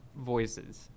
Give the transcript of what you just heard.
voices